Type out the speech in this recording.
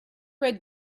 red